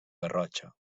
garrotxa